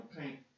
paint